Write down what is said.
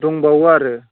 दंबावो आरो